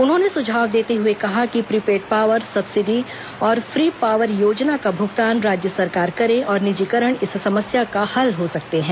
उन्होंने सुझाव देते हुए कहा कि प्रीपेड पावर सब्सिडी और फ्री पावर योजना का भुगतान राज्य सरकार करें और निजीकरण इस समस्या का हल हो सकते हैं